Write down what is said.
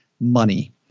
money